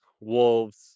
wolves